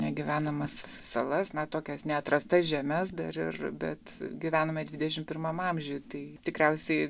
negyvenamas salas na tokias neatrastas žemes dar ir bet gyvename dvidešimt pirmam amžiuj tai tikriausiai